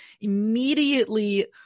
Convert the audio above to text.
immediately